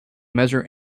measure